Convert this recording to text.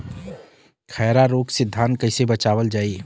खैरा रोग से धान कईसे बचावल जाई?